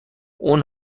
اون